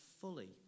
fully